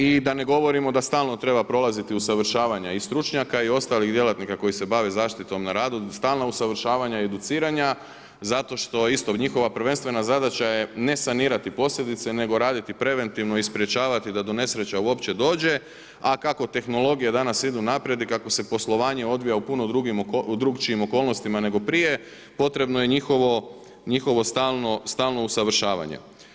I da ne govorimo da stalno treba prolaziti usavršavanja i stručnjaka i ostalih djelatnika koji se bave zaštitom na radu, stalna usavršavanja i educiranja zato što isto, njihova prvenstvena zadaća je ne sanirati posljedice, nego raditi preventivno i sprječavati da do nesreća uopće dođe, a kako tehnologije danas idu naprijed i kako se poslovanje odvija u puno drukčijim okolnostima nego prije, potrebno je njihovo stalno usavršavanje.